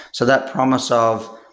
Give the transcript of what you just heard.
so that promise of,